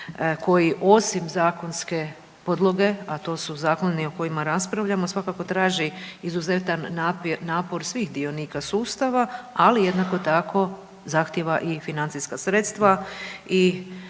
koji osim zakonske podloge, a to su zakoni o kojima raspravljamo svakako traži izuzetan napor svih dionika sustava, ali jednako tako zahtjeva i financijska sredstva i